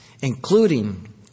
including